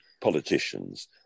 politicians